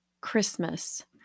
Christmas